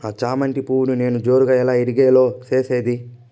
నా చామంతి పువ్వును నేను జోరుగా ఎలా ఇడిగే లో చేసేది?